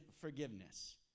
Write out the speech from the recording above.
forgiveness